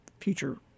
future